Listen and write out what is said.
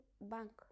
bank